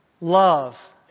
love